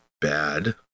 bad